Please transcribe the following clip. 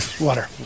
Water